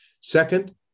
Second